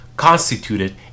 constituted